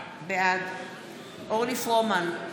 בעד אורלי פרומן,